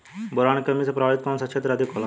Boron के कमी से प्रभावित कौन सा क्षेत्र अधिक होला?